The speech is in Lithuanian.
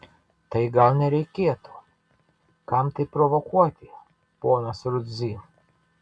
tai gal nereikėtų kam tai provokuoti ponas rudzy